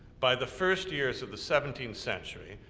by the first years of the seventeenth century,